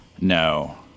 No